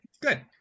good